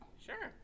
Sure